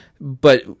But-